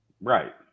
Right